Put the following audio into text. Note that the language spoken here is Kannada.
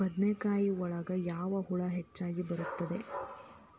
ಬದನೆಕಾಯಿ ಒಳಗೆ ಯಾವ ಹುಳ ಹೆಚ್ಚಾಗಿ ಬರುತ್ತದೆ?